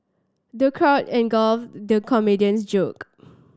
the crowd at guffawed the comedian's joke